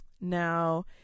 Now